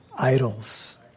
idols